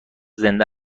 زنده